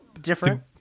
different